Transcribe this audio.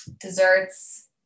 desserts